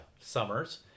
summers